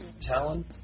Talon